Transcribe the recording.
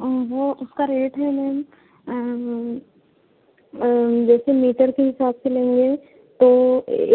वो उसका रेट है मेम जैसे मीटर के हिसाब से लेंगे तो